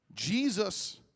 Jesus